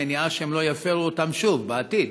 מניעה שהם יפרו אותן שוב בעתיד.